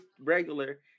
regular